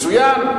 מצוין.